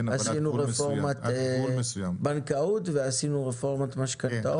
עשינו רפורמת בנקאות ועשינו רפורמת משכנתאות.